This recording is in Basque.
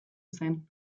zen